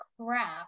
crap